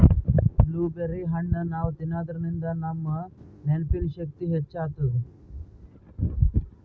blueberry ಹಣ್ಣ್ ನಾವ್ ತಿನ್ನಾದ್ರಿನ್ದ ನಮ್ ನೆನ್ಪಿನ್ ಶಕ್ತಿ ಹೆಚ್ಚ್ ಆತದ್